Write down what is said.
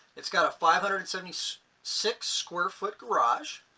it's got a five hundred and seventy so six square foot garage,